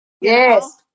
Yes